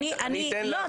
לא,